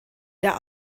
der